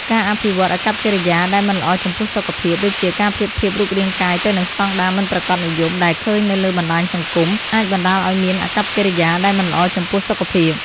ការអភិវឌ្ឍអាកប្បកិរិយាដែលមិនល្អចំពោះសុខភាព ដូចជាការប្រៀបធៀបរូបរាងកាយទៅនឹងស្តង់ដារមិនប្រាកដនិយមដែលឃើញនៅលើបណ្ដាញសង្គម អាចបណ្ដាលឱ្យមានអាកប្បកិរិយាដែលមិនល្អចំពោះសុខភាព។